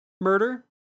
murder